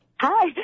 Hi